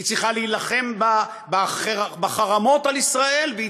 היא צריכה להילחם בחרמות על ישראל והיא